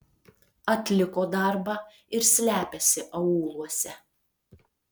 atliko darbą ir slepiasi aūluose